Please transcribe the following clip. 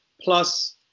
plus